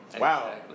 Wow